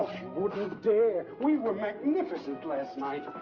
wouldn't dare! we were magnificent last night!